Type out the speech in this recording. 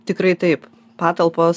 tikrai taip patalpos